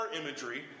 imagery